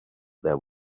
there